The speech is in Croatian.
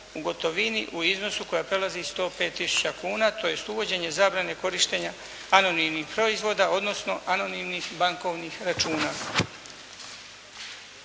u gotovini u iznosu koji prelazi 105 tisuća kuna tj. uvođenje zabrane korištenja anonimnih proizvoda odnosno anonimnih bankovnih računa.